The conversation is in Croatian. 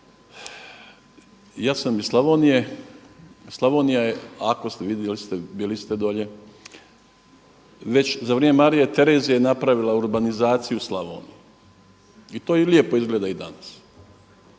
Ja sam iz Slavonije. Slavonija je ako ste, vidjeli ste, bili ste dolje, već za vrijeme Marije Terezije je napravila urbanizaciju Slavonije. I to lijepo izgleda i danas.